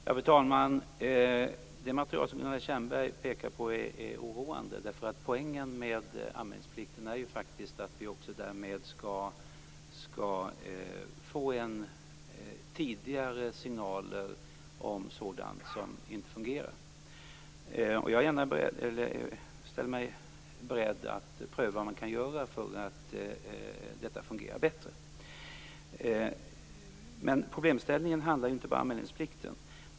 Fru talman! De siffror som Gunilla Tjernberg pekar på är oroande. Poängen med anmälningsplikten är att vi därmed skall få en tidig signal om sådant som inte fungerar. Jag ställer mig gärna beredd att pröva vad man kan göra för att få det att fungera bättre. Problemet handlar inte bara om anmälningsplikten.